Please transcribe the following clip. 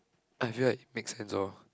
I feel like make sense loh